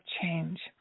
change